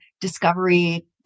discovery